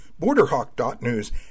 Borderhawk.news